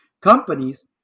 companies